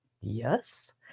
yes